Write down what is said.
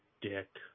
dick